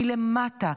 מלמטה,